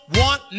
want